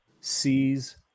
sees